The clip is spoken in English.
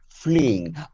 fleeing